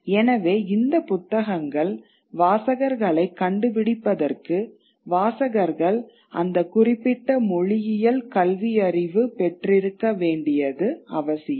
எனவே இந்த புத்தகங்கள் வாசகர்களைக் கண்டுபிடிப்பதற்கு வாசகர்கள் அந்த குறிப்பிட்ட மொழியில் கல்வியறிவு பெற்றிருக்க வேண்டியது அவசியம்